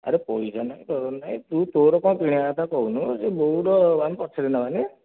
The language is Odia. ଆରେ ପଇସା ନାହିଁ ନାହିଁ ତୁ ତୋର କ'ଣ କିଣିବା କଥା କହୁନୁ ସେ ବୋଉର ଆମେ ପଛରେ ନେବାନି